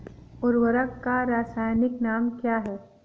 उर्वरक का रासायनिक नाम क्या है?